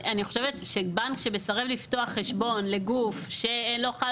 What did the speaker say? אני חושבת שבנק שמסרב לפתוח חשבון לגוף שלא חל